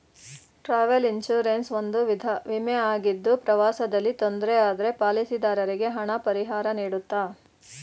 travel insurance ಒಂದು ವಿಧ ವಿಮೆ ಆಗಿದ್ದು ಪ್ರವಾಸದಲ್ಲಿ ತೊಂದ್ರೆ ಆದ್ರೆ ಪಾಲಿಸಿದಾರರಿಗೆ ಹಣ ಪರಿಹಾರನೀಡುತ್ತೆ